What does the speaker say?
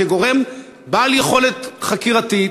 כגורם בעל יכולת חקירתית,